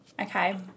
Okay